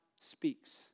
speaks